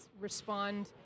respond